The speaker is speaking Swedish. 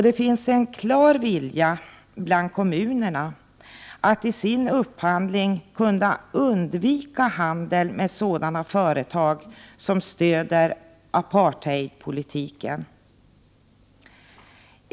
Det finns en klar vilja bland kommunerna att i sin upphandling undvika handel med sådana företag som stöder apartheidpolitiken.